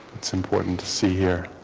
it's important to see here